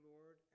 Lord